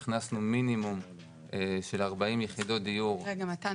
הכנסנו מינימום של 40 יחידות דיור --- רגע מתן,